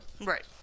Right